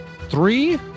three